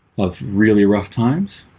of really rough times